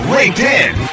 LinkedIn